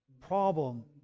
problem